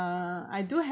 uh I do h~